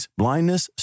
blindness